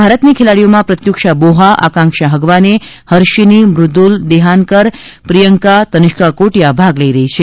ભારતની ખેલાડીઓમાં પ્રત્યુશા બોહા આકાંક્ષા હગવાને હર્ષિની મદુલ દેહાનકર પ્રિયંકા તનિષ્કા કોટીઆ ભાગ લઇ રહી છે